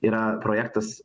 yra projektas